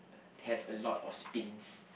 has a lot of spins